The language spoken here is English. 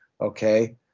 okay